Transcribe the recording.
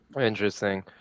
Interesting